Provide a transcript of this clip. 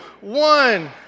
one